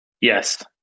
Yes